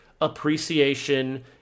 appreciation